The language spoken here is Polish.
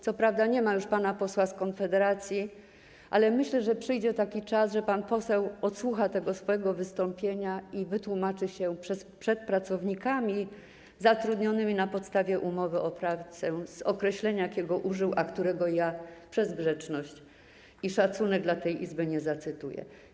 Co prawda nie ma już pana posła z Konfederacji, ale myślę, że przyjdzie taki czas, że pan poseł odsłucha swoje wystąpienie i wytłumaczy się przed pracownikami zatrudnionymi na podstawie umowy o pracę z określenia, którego użył, a którego ja przez grzeczność i szacunek dla tej Izby nie zacytuję.